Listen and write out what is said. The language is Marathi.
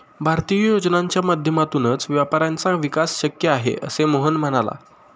भारतीय योजनांच्या माध्यमातूनच व्यापाऱ्यांचा विकास शक्य आहे, असे मोहन म्हणाला